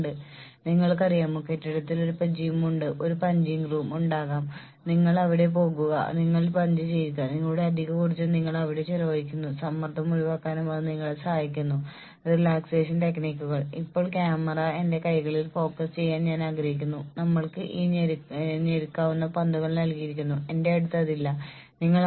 ഒരു ഓപ്പൺ മാർക്കറ്റിൽ ജോലിക്കായി മത്സരിക്കുകയും ക്രിയേറ്റീവ് മൾട്ടി ടാസ്ക്കർമാരായി പ്രവർത്തിക്കുകയും ചെയ്യുന്ന അദ്ധ്യാപകരേയും ഗവേഷകരേയും പോലുള്ള ഫ്രീലാൻസർമാർക്കും വിജ്ഞാന പ്രവർത്തകർക്കും ഇത് സുഖകരമല്ല ഈ പ്ലാനുകൾ അളക്കാവുന്ന ഔട്ട്പുട്ടുകളുള്ള ആവർത്തിച്ചുള്ള വളരെ വ്യക്തമായി നിർവചിക്കപ്പെട്ട അതിരുകളുള്ള ജോലികൾക്ക് കൂടുതൽ സഹായകമാണ്